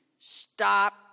stop